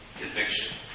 conviction